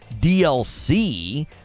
DLC